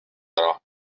ära